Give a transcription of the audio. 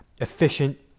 efficient